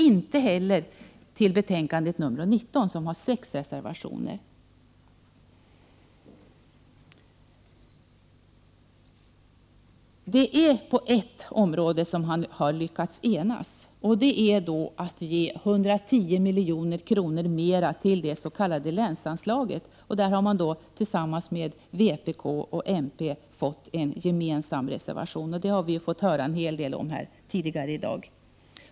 Inte heller finns någon sådan till betänkande nr 19, som har sex reservationer. På ett område har man lyckats enas, nämligen om att ge 110 milj.kr. mer till det s.k. länsanslaget. Om detta har de borgerliga partierna tillsammans med mp och vpk en gemensam reservation. Det har vi fått höra en hel del om tidigare i dag.